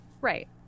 right